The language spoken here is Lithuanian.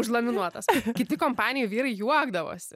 užlaminuotas kiti kompanijoj vyrai juokdavosi